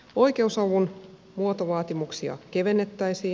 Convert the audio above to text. oikeusavun muotovaatimuksia kevennettäisiin